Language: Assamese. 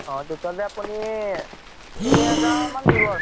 অঁ তেতিয়াহ'লে আপুনি তিনি হাজাৰমান দিব